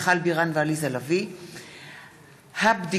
מיכל בירן ועליזה לביא בנושא: מחדל